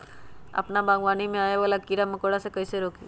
अपना बागवानी में आबे वाला किरा मकोरा के कईसे रोकी?